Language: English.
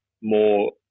more